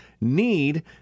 need